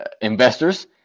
investors